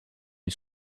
une